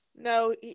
No